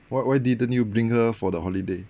why why didn't you bring her for the holiday